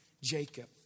jacob